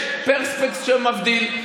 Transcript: יש פרספקס שמבדיל.